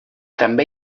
també